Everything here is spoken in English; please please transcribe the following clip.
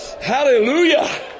Hallelujah